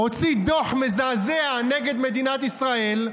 הוציא דוח מזעזע נגד מדינת ישראל,